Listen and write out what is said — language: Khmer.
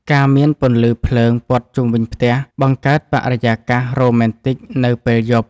ការមានពន្លឺភ្លើងព័ទ្ធជុំវិញផ្ទះបង្កើតបរិយាកាសរ៉ូមែនទិកនៅពេលយប់។